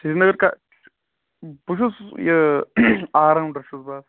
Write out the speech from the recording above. سرینگر کَہ بہٕ چھُس یہِ آلرَونڈَر چھُس بہٕ